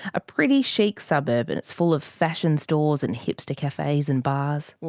a pretty chic suburb and it's full of fashion stores and hipster cafes and bars.